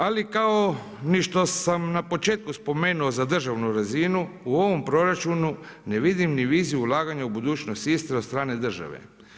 Ali kao što sam na početku spomenuo za državnu razinu u ovom proračunu ne vidim ni viziju ulaganja u budućnost Istre od strane države.